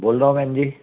बोल रहा हूँ बहन जी